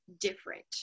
different